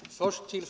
Herr talman! Först till